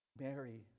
Mary